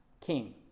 king